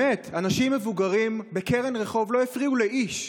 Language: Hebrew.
באמת, אנשים מבוגרים, בקרן רחוב, לא הפריעו לאיש.